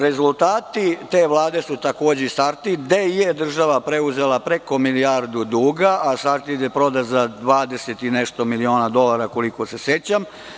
Rezultati te Vlade su takođe i „Sartid“, gde je država preuzela preko milijardu duga, a „Sartid“ je prodat za 20 i nešto miliona dolara koliko se sećam.